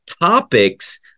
topics